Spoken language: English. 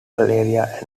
areas